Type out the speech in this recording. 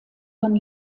von